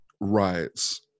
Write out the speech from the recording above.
riots